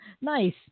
Nice